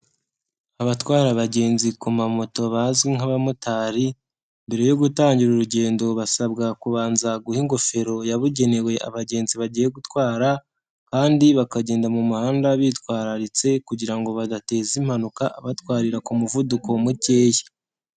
Abatwara abagenzi ku mamoto bazwi nk'abamotari mbere yo gutangira urugendo basabwa kubanza guha ingofero yabugenewe abagenzi bagiye gutwara kandi bakagenda mu muhanda bitwararitse kugira ngo badateza impanuka batwarira ku muvuduko mukeya.